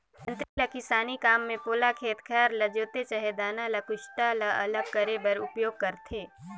दँतरी ल किसानी काम मे पोला खेत खाएर ल जोते चहे दाना ले कुसटा ल अलगे करे बर उपियोग करथे